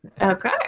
Okay